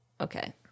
Okay